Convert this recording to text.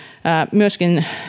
myöskin